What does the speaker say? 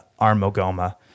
Armogoma